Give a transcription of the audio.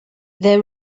they